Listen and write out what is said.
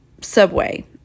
subway